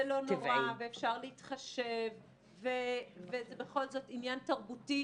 זה לא נורא ואפשר להתחשב וזה בכל זאת עניין תרבותי.